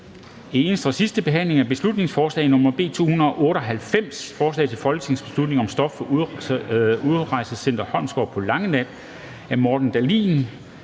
(eneste) behandling af beslutningsforslag nr. B 298: Forslag til folketingsbeslutning om stop for Udrejsecenter Holmegaard på Langeland. Af Morten Dahlin